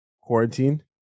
quarantine